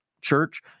church